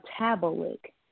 metabolic